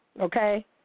Okay